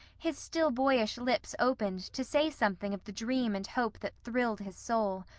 his still boyish lips opened to say something of the dream and hope that thrilled his soul.